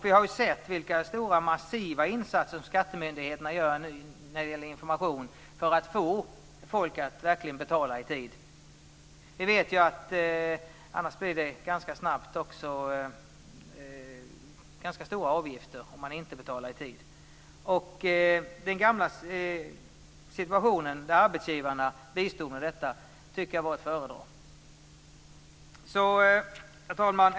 Vi har sett vilka stora massiva insatser skattemyndigheterna gör när det gäller information för att få folk att verkligen betala i tid. Vi vet ju att det ganska snabbt blir stora avgifter om man inte betalar i tid. Den gamla situationen, där arbetsgivarna bistod med detta, tycker jag var att föredra. Herr talman!